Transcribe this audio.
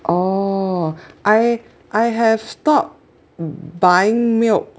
oh I I have stopped buying milk